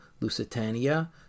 Lusitania